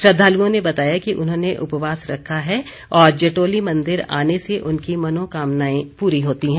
श्रद्धालुओं ने बताया कि उन्होंने उपवास रखा है और जटोली मंदिर आने से उनकी मनोकामना पूरी होती है